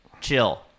chill